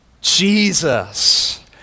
jesus